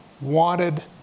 wanted